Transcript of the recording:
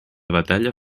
batalla